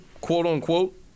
quote-unquote